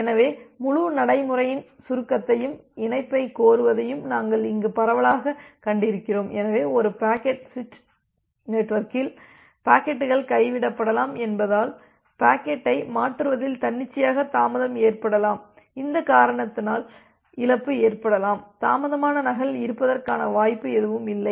எனவே முழு நடைமுறையின் சுருக்கத்தையும் இணைப்பைக் கோருவதையும் நாங்கள் இங்கு பரவலாகக் கண்டிருக்கிறோம் எனவே ஒரு பாக்கெட் சுவிட்ச் நெட்வொர்க்கில் பாக்கெட்டுகள் கைவிடப்படலாம் என்பதால் பாக்கெட்டை மாற்றுவதில் தன்னிச்சையாக தாமதம் ஏற்படலாம் இந்த காரணத்தால் இழப்பு ஏற்படலாம் தாமதமான நகல் இருப்பதற்கான வாய்ப்பு எப்போதும் உள்ளது